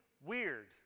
weird